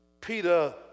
Peter